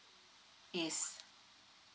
is